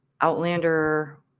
Outlander